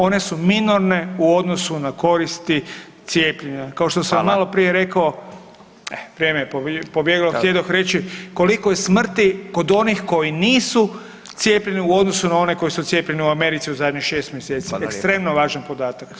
One su minorne u odnosu na koristi cijepljenja [[Upadica: Fala]] Kao što sam maloprije rekao, vrijeme je pobjeglo, htjedoh reći koliko je smrti kod onih koji nisu cijepljeni u odnosu na one koji su cijepljeni u Americi u zadnjih 6 mjeseci, ekstremno važan podatak.